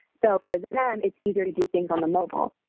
so, for them it's easier to do things on the mobile.